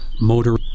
motor